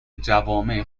جوامع